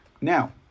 Now